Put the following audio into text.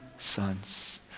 sons